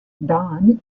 don